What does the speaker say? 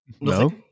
No